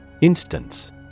Instance